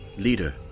Leader